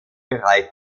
bereich